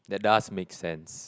that does makes sense